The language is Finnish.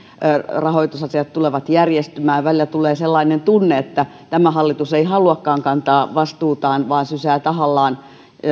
rahoitusasiat tulevat järjestymään välillä tulee sellainen tunne että tämä hallitus ei haluakaan kantaa vastuutaan vaan sysää tahallaan